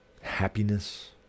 happiness